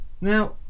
Now